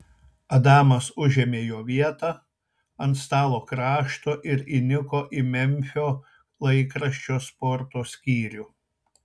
adamas užėmė jo vietą ant stalo krašto ir įniko į memfio laikraščio sporto skyrių